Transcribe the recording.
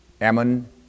Ammon